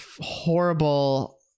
horrible